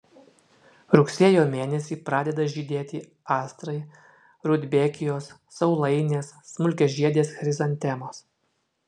rugsėjo mėnesį pradeda žydėti astrai rudbekijos saulainės smulkiažiedės chrizantemos